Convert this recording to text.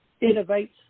innovate